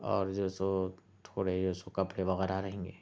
اور جو سو تھوڑے جو سو کپڑے وغیرہ رہیں گے